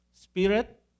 Spirit